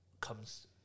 comes